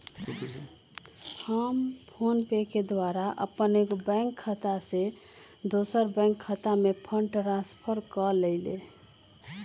हम फोनपे के द्वारा अप्पन एगो बैंक खता से दोसर बैंक खता में फंड ट्रांसफर क लेइले